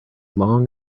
long